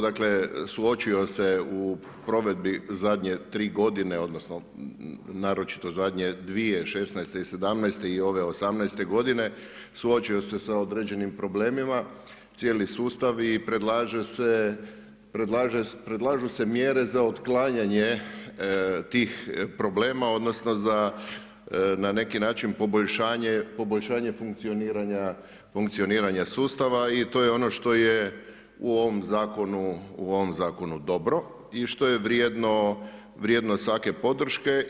Dakle suočio se u provedbi zadnje tri godine odnosno naročito zadnje dvije '16. i '17. i ove '18. godine suočio se sa određenim problemima cijeli sustav i predlažu se mjere za otklanjanje tih problema odnosno za na neki način poboljšanje funkcioniranja sustava i to je ono što je u ovom zakonu dobro i što je vrijedno svake podrške.